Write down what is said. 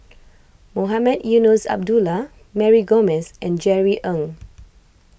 Mohamed Eunos Abdullah Mary Gomes and Jerry Ng